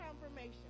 confirmation